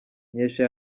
nkesha